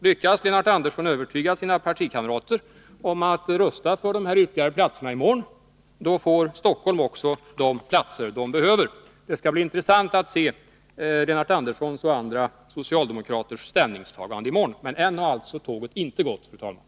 Lyckas Lennart Andersson övertyga sina partikamrater om att rösta för dessa ytterligare platser i morgon får Stockholm också de platser man behöver. Det skall bli intressant att se Lennart Anderssons och andra socialdemokraters ställningstagande i morgon. Tåget har alltså ännu inte gått, fru talman.